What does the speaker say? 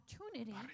opportunity